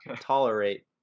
tolerate